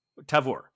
Tavor